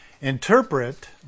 interpret